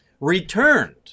returned